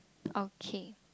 okay